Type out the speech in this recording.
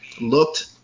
looked